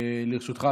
לרשותך,